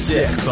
Sick